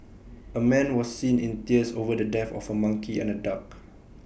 A man was seen in tears over the death of A monkey and A duck